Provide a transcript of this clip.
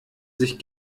sich